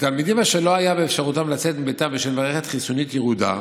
תלמידים אשר לא היה באפשרותם לצאת מביתם בשל מערכת חיסונית ירודה,